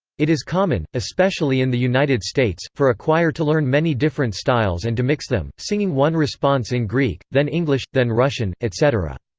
it is common, especially in the united states, for a choir to learn many different styles and to mix them, singing one response in greek, then english, then russian, etc.